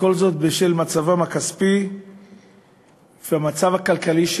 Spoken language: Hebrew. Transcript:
וכל זאת בשל מצבם הכספי ומצבם הכלכלי,